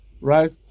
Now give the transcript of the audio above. right